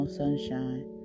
sunshine